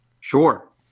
Sure